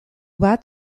bat